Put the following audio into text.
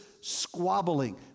squabbling